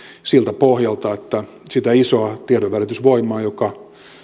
siltä pohjalta että sitä isoa tiedonvälitysvoimaa joka